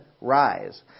rise